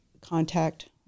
contact